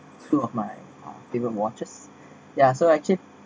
through of my watches so I actually